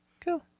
Cool